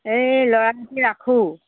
এই ল'ৰা ৰাখোঁ